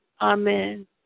Amen